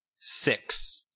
Six